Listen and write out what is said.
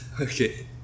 Okay